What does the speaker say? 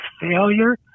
failure